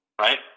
right